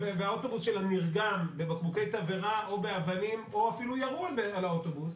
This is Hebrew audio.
והאוטובוס שלה נרגם בבקבוקי תבערה או באבנים או אפילו ירו על האוטובוס,